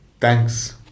thanks